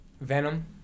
Venom